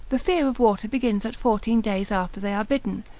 the fear of water begins at fourteen days after they are bitten,